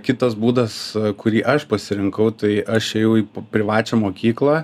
kitas būdas kurį aš pasirinkau tai aš ėjau į privačią mokyklą